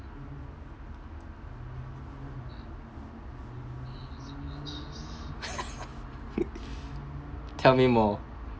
tell me more